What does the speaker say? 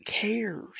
cares